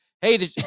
Hey